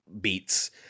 beats